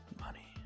Money